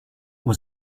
was